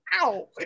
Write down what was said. ow